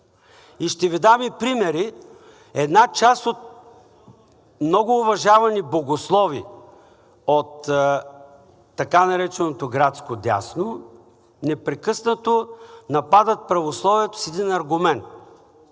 И ще Ви дам и примери. Една част от много уважавани богослови от така нареченото градско дясно непрекъснато нападат православието с един аргумент,